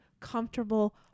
Comfortable